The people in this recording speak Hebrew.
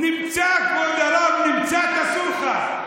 נמצא, כבוד הרב, נמצא את הסולחה.